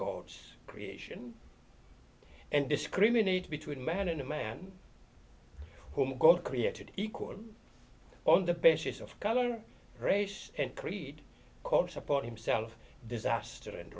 god's creation and discriminate between man and man whom god created equal on the basis of color race and creed color support himself disaster